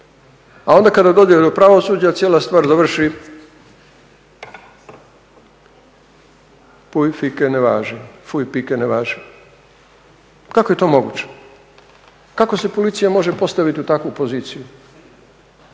a onda kada dođu do pravosuđa cijela stvar završi puj pik ne važi. Kako je to moguće? Kako se policija može postaviti u takvu policiju